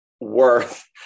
worth